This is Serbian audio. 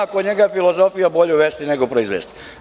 Kod njega je filozofija - bolje uvesti nego proizvesti.